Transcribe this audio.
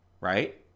Right